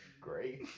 great